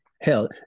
hell